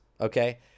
okay